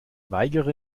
weigere